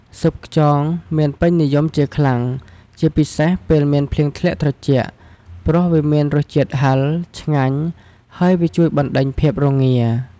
ស៊ុបខ្យង មានពេញនិយមជាខ្លាំង ជាពិសេសពេលមានភ្លៀងធ្លាក់ត្រជាក់ ព្រោះវាមានរសជាតិហឹរ ឆ្ងាញ់ ហើយវាជួយបណ្តេញភាពរងា។